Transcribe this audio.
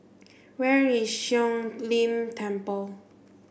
where is Siong Lim Temple